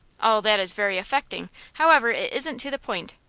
all that is very affecting however, it isn't to the point.